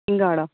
سنگھاڑا